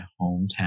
hometown